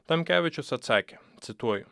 tamkevičius atsakė cituoju